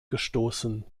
gestoßen